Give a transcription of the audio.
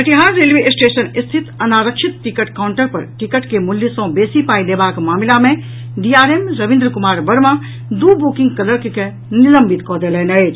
Katihar railway station स्थित अनारक्षित ticket counter पर टिकट के मूल्य सॅ बेसी पाई लेबाक मामिला मे डीआरएम रविन्द्र कुमार वर्मा दू बुकिंग क्लर्क कॅ निलंबित कऽ देलनि अछि